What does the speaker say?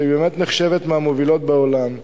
שבאמת נחשבת מהמובילות בעולם,